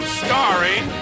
starring